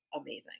amazing